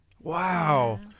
Wow